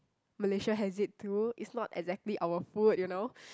Malaysia has it too it's not exactly our food you know